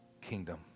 kingdom